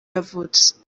yavutse